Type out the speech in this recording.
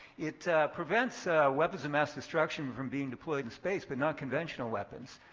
it prevents weapons of mass destruction from being deployed in space, but not conventional weapons.